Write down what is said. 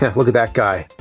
yeah look at that guy!